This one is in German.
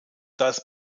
das